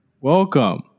Welcome